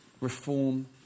reform